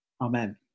Amen